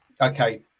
okay